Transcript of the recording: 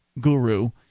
guru